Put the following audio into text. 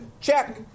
Check